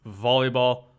volleyball